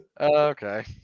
okay